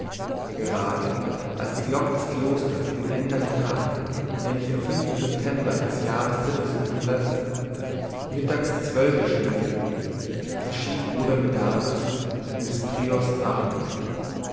gerade als die glocke des klosters den ändern tag nämlich am fünften september des jahres mittags zwölfe schlug verschied bruder medardus in des priors armen